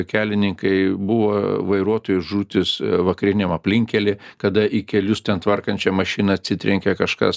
kelininkai buvo vairuotojų žūtys vakariniam aplinkkely kada į kelius ten tvarkančią mašiną atsitrenkė kažkas